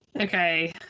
Okay